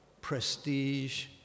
prestige